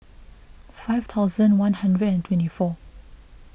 five thousand one hundred and twenty four